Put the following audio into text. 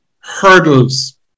hurdles